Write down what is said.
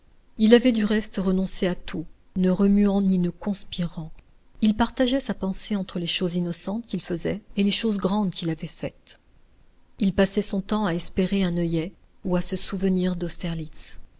il avait du reste renoncé à tout ne remuant ni ne conspirant il partageait sa pensée entre les choses innocentes qu'il faisait et les choses grandes qu'il avait faites il passait son temps à espérer un oeillet ou à se souvenir d'austerlitz